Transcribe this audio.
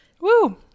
Woo